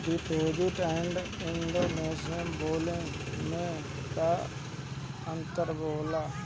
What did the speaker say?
Deposit and investment bond मे का अंतर होला?